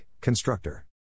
constructor